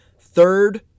Third